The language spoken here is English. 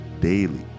daily